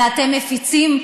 ואתם מפיצים,